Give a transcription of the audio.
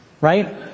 right